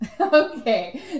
okay